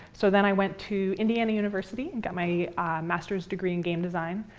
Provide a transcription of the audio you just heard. so then i went to indiana university and got my master's degree in game design,